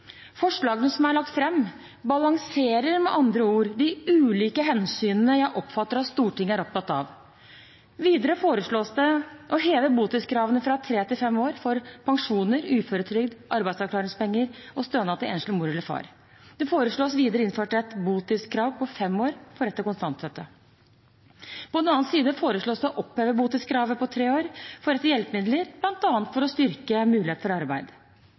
Forslagene som er lagt fram, balanserer med andre ord de ulike hensynene jeg oppfatter at Stortinget er opptatt av. Videre foreslås det å heve botidskravene fra tre til fem år for pensjoner, uføretrygd, arbeidsavklaringspenger og stønad til enslig mor eller far. Det foreslås videre innført et botidskrav på fem år for rett til kontantstøtte. På den annen side foreslås det å oppheve botidskravet på tre år for rett til hjelpemidler, bl.a. for å styrke mulighet for arbeid.